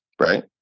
right